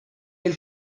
del